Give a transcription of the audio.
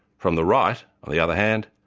from the right, on the other hand,